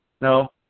no